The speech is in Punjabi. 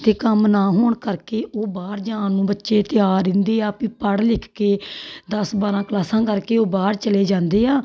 ਅਤੇ ਕੰਮ ਨਾ ਹੋਣ ਕਰਕੇ ਉਹ ਬਾਹਰ ਜਾਣ ਨੂੰ ਬੱਚੇ ਤਿਆਰ ਰਹਿੰਦੇ ਆ ਵੀ ਪੜ੍ਹ ਲਿਖ ਕੇ ਦਸ ਬਾਰਾਂ ਕਲਾਸਾਂ ਕਰਕੇ ਉਹ ਬਾਹਰ ਚਲੇ ਜਾਂਦੇ ਆ